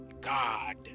God